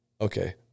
okay